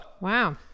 Wow